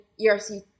ERC